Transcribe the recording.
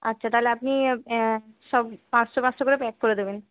আচ্ছা তাহলে আপনি সব পাঁচশো পাঁচশো করে প্যাক করে দেবেন